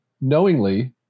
knowingly